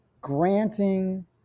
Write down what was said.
granting